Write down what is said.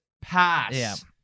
pass